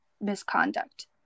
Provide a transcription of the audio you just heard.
misconduct